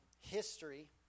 history